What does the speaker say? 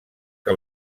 que